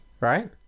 right